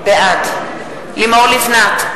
בעד לימור לבנת,